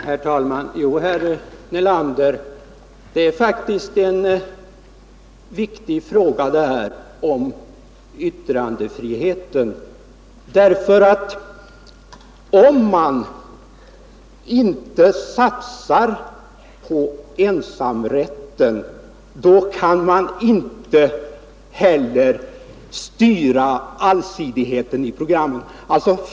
Herr talman! Yttrandefriheten är faktiskt en viktig fråga, herr Nelander, ty om man inte satsar på ensamrätten kan man inte heller styra allsidigheten i programmen.